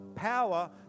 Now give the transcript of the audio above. Power